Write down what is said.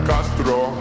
Castro